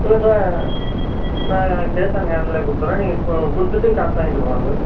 இல்லை சார் நான் cash on ஹேண்ட்ல கொடுத்துட்றேன் நீங்கள் கு கொடுத்துட்டு காசு வாங்கிட்டு போங்கள் சார்